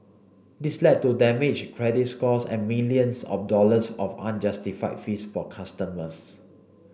this led to damaged credit scores and millions of dollars of unjustified fees for customers